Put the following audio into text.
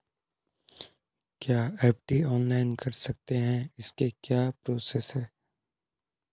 क्या FD online कर सकते हैं इसकी क्या प्रोसेस है?